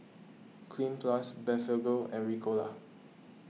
Cleanz Plus Blephagel and Ricola